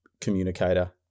communicator